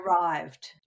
arrived